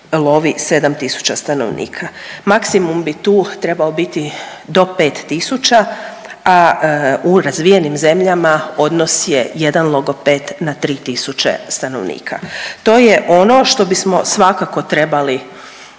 7000 stanovnika. Maksimum bi tu trebao biti do 5000, a u razvijenim zemljama odnos je jedan logoped na 3000 stanovnika. To je ono što bismo svakako trebali